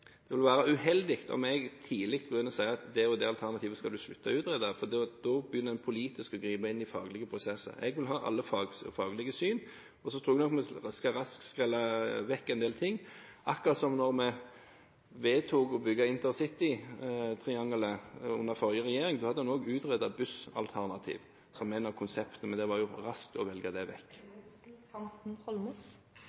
begynner man politisk å gripe inn i faglige prosesser. Jeg vil ha alle faglige syn. Jeg tror man ganske raskt skal skrelle bort en del ting, akkurat som da man vedtok å bygge intercitytrianglet under den forrige regjering. Da hadde man også utredet et bussalternativ som et av konseptene, men det var raskt å velge bort. Jeg takker igjen for svaret. Det